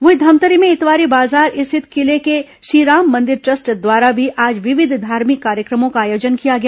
वहीं धमतरी में इतवारी बाजार स्थित किले के श्रीराम मंदिर ट्रस्ट द्वारा भी आज विविध धार्मिक कार्यक्रमों का आयोजन किया गया